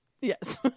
Yes